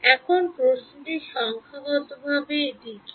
এখন প্রশ্নটি সংখ্যাগতভাবে এটি কী